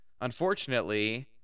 Unfortunately